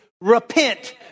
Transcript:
repent